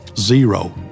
Zero